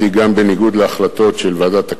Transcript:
חמש דקות בדיוק.